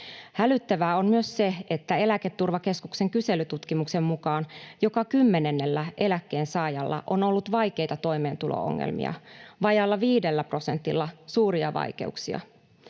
Hälyttävää on myös se, että Eläketurvakeskuksen kyselytutkimuksen mukaan joka kymmenennellä eläkkeensaajalla on ollut vaikeita toimeentulo-ongelmia, vajaalla 5 prosentilla suuria vaikeuksia.